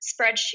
spreadsheet